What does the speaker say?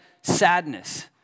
sadness